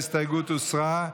ההסתייגות הוסרה.